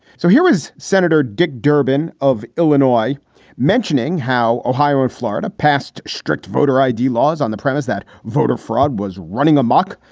so here is senator dick durbin of illinois mentioning how ohio and florida passed strict voter i d. laws on the premise that voter fraud was running amok.